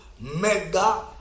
mega